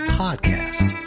podcast